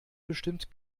bestimmt